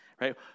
right